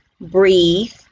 breathe